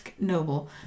Noble